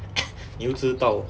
你又知道